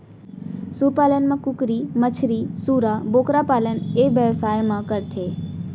सु पालन म कुकरी, मछरी, सूरा, बोकरा पालन ए बेवसाय म करथे